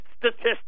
statistics